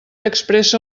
expressa